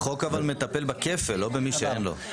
אבל החוק מטפל בכפל, לא במי שאין לו.